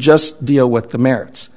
just deal with the merits